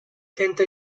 tenta